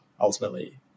ultimately